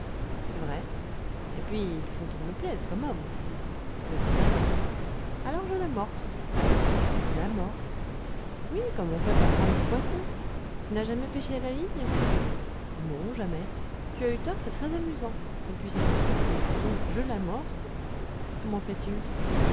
c'est vrai et puis il faut qu'il me plaise comme homme nécessairement alors je l'amorce tu l'amorces oui comme on fait pour prendre du poisson tu n'as jamais pêché à la ligne non jamais tu as eu tort c'est très amusant et puis c'est instructif donc je l'amorce comment fais-tu